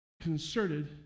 concerted